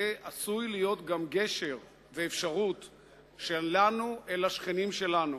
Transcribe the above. זה עשוי להיות גם גשר שלנו אל השכנים שלנו,